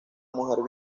mujer